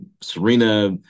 Serena